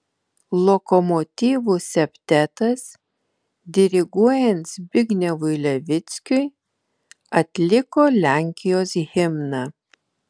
lokomotyvų septetas diriguojant zbignevui levickiui atliko lenkijos himną